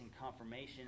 confirmation